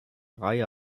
reihe